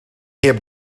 heb